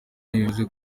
ntibivuze